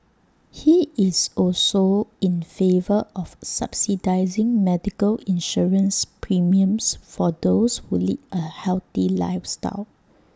he is also in favour of subsidising medical insurance premiums for those who lead A healthy lifestyle